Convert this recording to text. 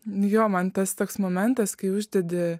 jo man tas toks momentas kai uždedi